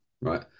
right